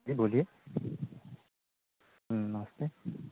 जी बोलिए नमस्ते